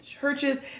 churches